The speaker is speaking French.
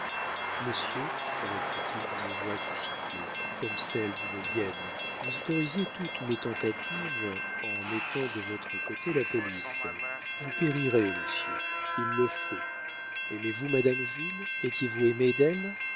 monsieur reprit-il d'une voix qui sifflait comme celle d'une hyène vous autorisez toutes mes tentatives en mettant de votre côté la police vous périrez monsieur il le faut aimez-vous madame jules étiez-vous aimé d'elle